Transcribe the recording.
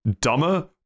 dumber